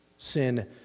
sin